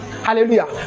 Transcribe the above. Hallelujah